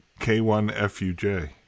K1FUJ